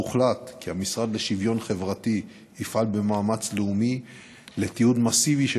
שבה הוחלט כי המשרד לשוויון חברתי יפעל במאמץ לאומי לתיעוד מסיבי של